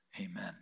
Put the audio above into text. Amen